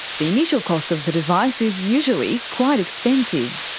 the initial cost of the device is usually quite expensive.